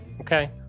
okay